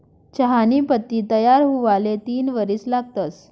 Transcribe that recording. चहानी पत्ती तयार हुवाले तीन वरीस लागतंस